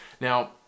Now